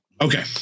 Okay